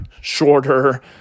shorter